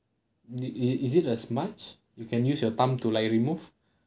is is is it a smudge you can use your thumb to be remove